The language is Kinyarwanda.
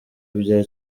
bya